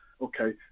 okay